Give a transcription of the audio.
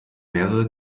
mehrere